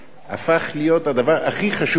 הפכו להיות הדבר הכי חשוב בעולם.